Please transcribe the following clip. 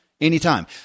Anytime